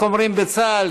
אבל איך אומרים בצה"ל,